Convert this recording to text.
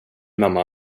mamma